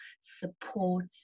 support